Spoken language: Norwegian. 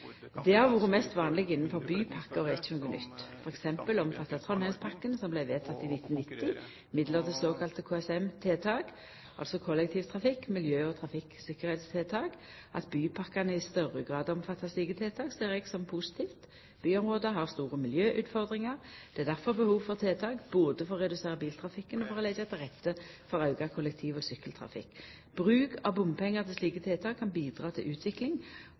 har vore mest vanleg innafor bypakker og er ikkje noko nytt. For eksempel omfatta Trondheimspakka, som vart vedteken i 1990, midlar til såkalla KSM-tiltak, altså kollektivtrafikk-, miljø- og trafikktryggleikstiltak. At bypakkene i større grad omfattar slike tiltak, ser eg på som positivt. Byområda har store miljøutfordringar, og det er difor behov for tiltak, både for å redusera biltrafikken og for å leggja til rette for auka kollektiv- og sykkeltrafikk. Bruk av bompengar til slike tiltak kan bidra til utvikling